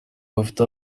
bafite